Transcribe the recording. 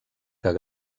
quan